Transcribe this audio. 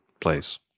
place